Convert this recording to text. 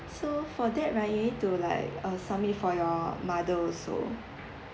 okay so for that right you need to like uh submit for your mother also